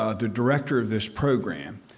ah the director of this program,